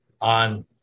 on